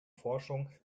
forschung